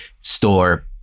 store